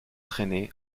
traînaient